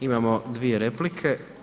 Imamo dvije replike.